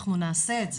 אנחנו נעשה את זה,